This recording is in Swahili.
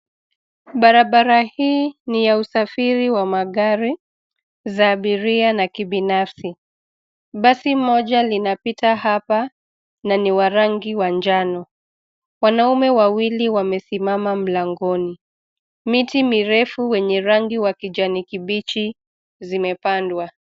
Barabara hii ni ya usafiri wa magari za abiria na kibinafsi. Basi moja linapita hapa na ni wa rangi wa njano. Wanaume wawili wamesimama mlangoni. Miti mirefu wenye rangi wa kijani kibichi zimepandwa.